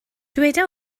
dyweda